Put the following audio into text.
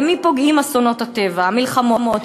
במי פוגעים אסונות הטבע, המלחמות?